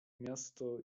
miasto